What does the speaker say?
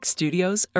Studios